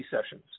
sessions